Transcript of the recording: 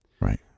right